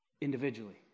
individually